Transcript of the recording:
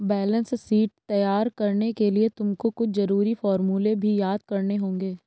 balance sheet तैयार करने के लिए तुमको कुछ जरूरी फॉर्मूले भी याद करने होंगे